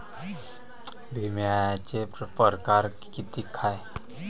बिम्याचे परकार कितीक हाय?